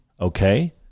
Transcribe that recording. okay